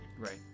Right